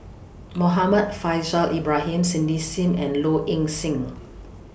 Muhammad Faishal Ibrahim Cindy SIM and Low Ing Sing